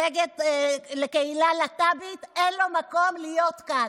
נגד הקהילה הלהט"בית, אין לו מקום להיות כאן,